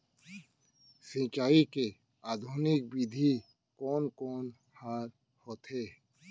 सिंचाई के आधुनिक विधि कोन कोन ह होथे?